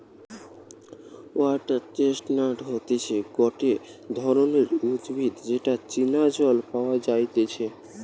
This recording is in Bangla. ওয়াটার চেস্টনাট হতিছে গটে ধরণের উদ্ভিদ যেটা চীনা জল পাওয়া যাইতেছে